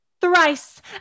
thrice